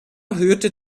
hörte